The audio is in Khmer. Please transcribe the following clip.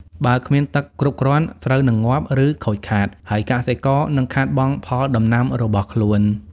បើគ្មានទឹកគ្រប់គ្រាន់ ស្រូវនឹងងាប់ ឬខូចខាត ហើយកសិករនឹងខាតបង់ផលដំណាំរបស់ខ្លួន។